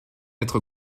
être